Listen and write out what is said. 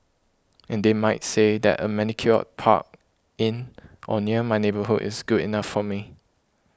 and they might say that a manicured park in or near my neighbourhood is good enough for me